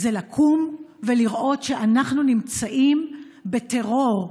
לקום ולראות שאנחנו נמצאים בטרור,